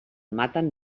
maten